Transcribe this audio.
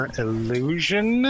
illusion